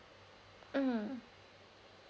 mm